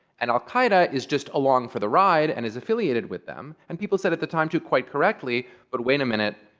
and al qaeda is just along for the ride and is affiliated with them. and people said at the time, too, quite correctly but wait a minute,